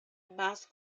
más